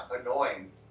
annoying